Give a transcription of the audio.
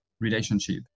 relationship